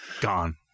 Gone